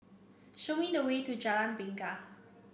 show me the way to Jalan Bingka